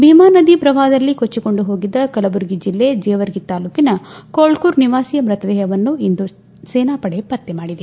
ಭೀಮಾ ನದಿ ಪ್ರವಾಹದಲ್ಲಿ ಕೊಚ್ಚಕೊಂಡು ಹೋಗಿದ್ದ ಕಲಬುರಗಿ ಜಿಲ್ಲೆ ಜೇವರ್ಗಿ ತಾಲೂಕಿನ ಕೋಳಕೂರ ನಿವಾಸಿಯ ಮೃತದೇಹವನ್ನು ಇಂದು ಸೇನಾಪಡೆ ಪತ್ತೆ ಮಾಡಿದೆ